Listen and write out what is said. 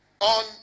on